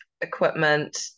equipment